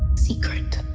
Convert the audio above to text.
secret.